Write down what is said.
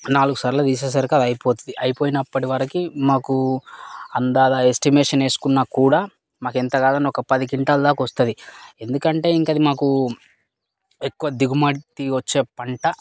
నాలుగు సార్ల తీసేసరికి అయిపోతుంది ఇక అయిపోయినప్పటివరకీ మాకు అందాల ఎస్టిమేషన్ వేసుకున్న కూడా మాకు ఎంతగాదన్న పది క్వింటాల దాక వస్తుంది ఎందుకంటే ఇంకా మాకు ఎక్కువ దిగుమతి వచ్చే పంట పత్తి